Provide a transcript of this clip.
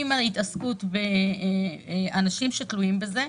עם התעסקות באנשים שתלויים בזה,